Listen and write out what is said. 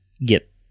get